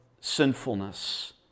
sinfulness